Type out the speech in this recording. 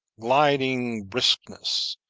gliding briskness,